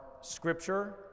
scripture